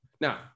Now